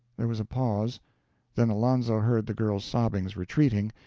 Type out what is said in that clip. there was a pause then alonzo heard the girl's sobbings retreating,